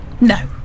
No